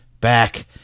back